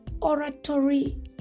oratory